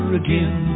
again